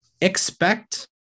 expect